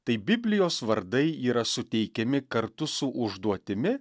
tai biblijos vardai yra suteikiami kartu su užduotimi